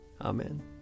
amen